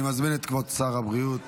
אני מזמין את כבוד שר הבריאות